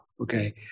Okay